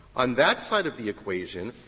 on that side of the equation,